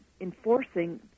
enforcing